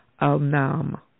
Al-Nam